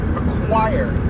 acquire